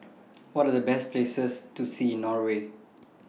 What Are The Best Places to See in Norway